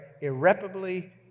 irreparably